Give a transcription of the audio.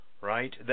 right